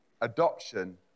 adoption